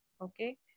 Okay